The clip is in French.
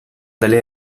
d’aller